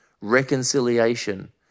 reconciliation